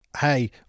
hey